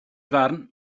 farn